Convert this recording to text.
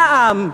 מע"מ.